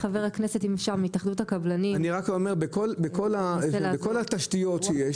בכל התשתיות שיש,